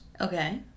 Okay